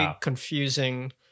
confusing